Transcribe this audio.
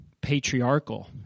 patriarchal